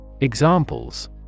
Examples